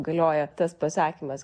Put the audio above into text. galioja tas pasakymas